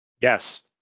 Yes